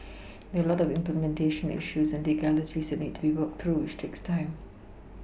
there are a lot of implementation issues and legalities that need to be worked through which takes time